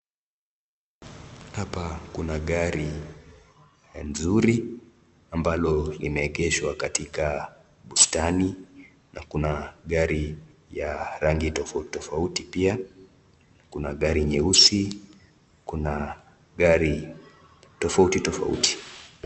Hapa kuna gari nzuri ambalo limeegeshwa katika bustani na kuna gari ya rangi tofauti tofauti, pia kuna gari nyeusi, kuna gari tofauti tofauti.